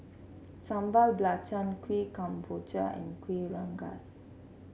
Sambal Belacan Kueh Kemboja and Kuih Rengas